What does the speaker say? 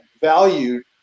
valued